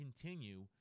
continue